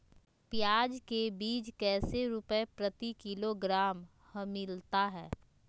प्याज के बीज कैसे रुपए प्रति किलोग्राम हमिलता हैं?